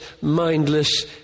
mindless